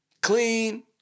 clean